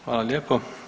Hvala lijepo.